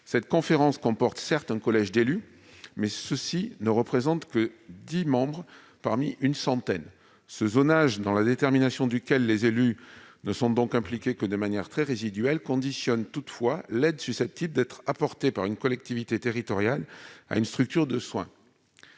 Cette conférence comporte, certes, un collège d'élus, mais ceux-ci ne représentent que dix membres parmi une centaine. Ce zonage, dans la détermination duquel les élus ne sont donc impliqués que de manière très résiduelle, conditionne toutefois l'aide susceptible d'être apportée par une collectivité territoriale à une structure de soins.